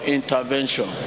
Intervention